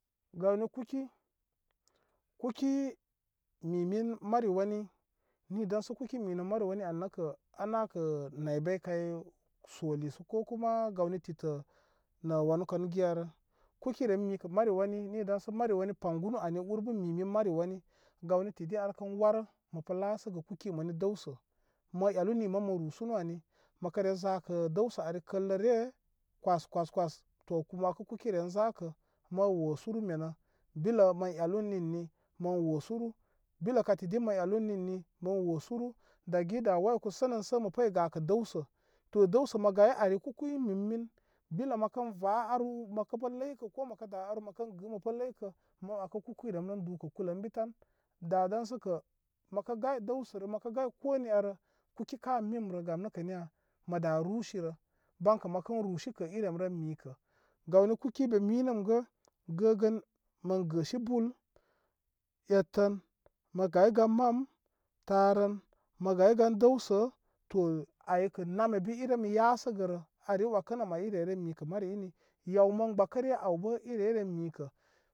Gawni kuki kuki mimin mari wani ni daysə kuki minə mari wani aynəkə ana naybay kay soli ko kuma gawni titə nə wanu kanə giyarə kuki rem mikə mari wani dansə mari wani paŋgunu aniurbəmi min mari wani gawni tidi ar kən warə, məkə lasəgə kuki mani dəwsə mə elu ni mən mə rusum ani məkəre zakə dəwsə ali kəllə re kəs kəs kəs to ma wəkəa kuki re zakə mə wosu ru menə bilə mə ellu ən ninni mən wosuru bilə kay tidi mən ellu ən ninni mə wosuru daga ida wa eku sənənsə mə pəyi gəkə dəwsə to dəwsə mə gay ay kuki imi min bilə məkən va aru məpə kə ləykə ko məkə da aru məkən gə məkə ləykə ma wəkə kukuiremren dukən kulə ən bitan daban səkə məkə gayi dəwsərə məkə gay ko niyarə kuki ka memrə gam nəkə niya məda rusirə bankə məkən rusikə irem ren mikə gawni kuki in mi mi nən gə gə gən mən gəsi bul ettən mə gay gan mam, tarən mə gay gan dəwsən to aykə nama bi irem yasəgərə, ar i wəkənə mə ay ire ren mikə mari ini yaw mən gbəkəre aybə irey ren mikə.